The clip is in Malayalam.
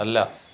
അല്ല